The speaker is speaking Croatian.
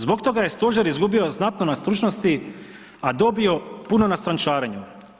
Zbog toga je stožer izgubio znatno na stručnosti, a dobio puno na strančarenju.